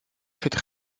faites